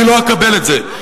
אני לא אקבל את זה,